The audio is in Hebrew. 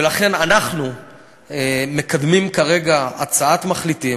ולכן אנחנו מקדמים כרגע הצעת מחליטים,